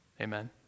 Amen